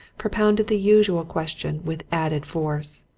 propounded the usual question with added force.